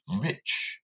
Rich